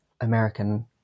American